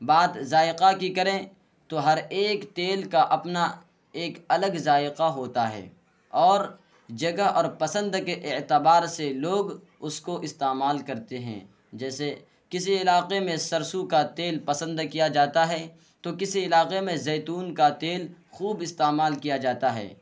بات ذائقہ کی کریں تو ہر ایک تیل کا اپنا ایک الگ ذائقہ ہوتا ہے اور جگہ اور پسند کے اعتبار سے لوگ اس کو استعمال کرتے ہیں جیسے کسی علاقے میں سرسوں کا تیل پسند کیا جاتا ہے تو کسی علاقے میں زیتون کا تیل خوب استعمال کیا جاتا ہے